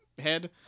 head